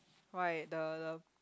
why the the